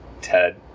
Ted